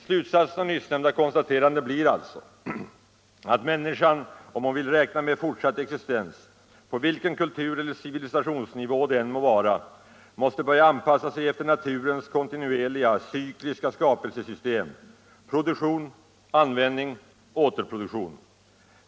Slutsatsen av nyssnämnda konstaterande blir alltså att människan om hon vill räkna med fortsatt existens — på vilken kultureller civilisationsnivå det än må vara — måste börja anpassa sig efter naturens kontinuerliga cykliska skapelsesystem: produktion-användning-återproduktion.